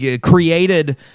created